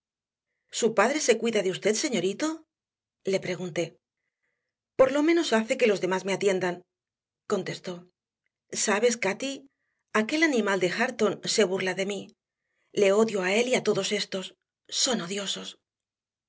su padre se cuida de usted señorito le pregunté por lo menos hace que los demás me atiendan contestó sabes cati aquel animal de hareton se burla de mí le odio a él y a todos éstos son odiosos